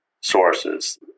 sources